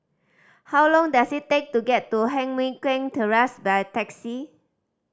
how long does it take to get to Heng Mui Keng Terrace by taxi